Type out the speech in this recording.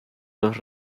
los